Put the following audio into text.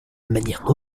manière